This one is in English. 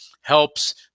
helps